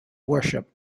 worship